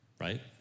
right